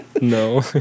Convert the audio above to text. no